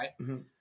right